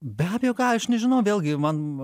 be abejo ką aš nežinau vėlgi man